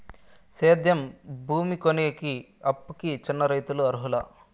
సేద్యం భూమి కొనేకి, అప్పుకి చిన్న రైతులు అర్హులా?